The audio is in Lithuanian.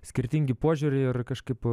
skirtingi požiūriai ar kažkaip